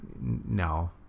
no